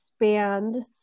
expand